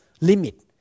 limit